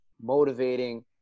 motivating